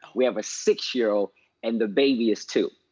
we have a six year old and the baby is two.